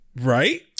Right